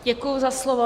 Děkuji za slovo.